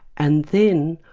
and then,